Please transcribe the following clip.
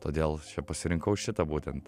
todėl pasirinkau šitą būtent